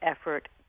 effort